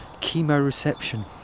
chemoreception